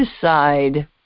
decide